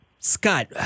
Scott